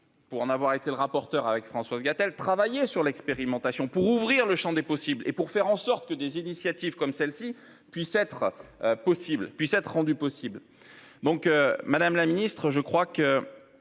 pour en avoir été le rapporteur avec Françoise Gatel travailler sur l'expérimentation pour ouvrir le Champ des possibles et pour faire en sorte que des initiatives comme celle-ci puisse être possible